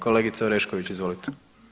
Kolegice Orešković, izvolite.